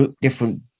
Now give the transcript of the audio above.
different